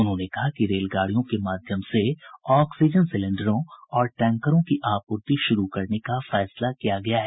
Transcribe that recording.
उन्होंने कहा कि रेलगाड़ियों के माध्यम ऑक्सीजन सिलेंडरों और टैंकरों की आपूर्ति शुरू करने का फैसला लिया गया है